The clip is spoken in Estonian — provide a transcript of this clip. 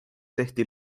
tehti